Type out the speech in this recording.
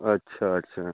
अच्छा अच्छा